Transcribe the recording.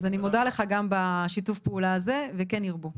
אז אני מודה לך גם בשיתוף הפעולה הזה, וכן ירבו.